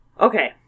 okay